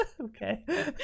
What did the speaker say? Okay